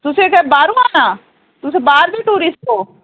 तुसें इत्थै बाह्रा आना तुस बाह्र दे टूरिस्ट ओ